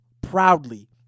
proudly